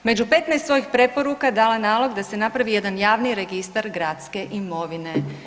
Među 15 svojih preporuka dala nalog da se napravi jedan javni registar gradske imovine.